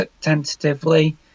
tentatively